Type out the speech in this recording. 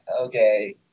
okay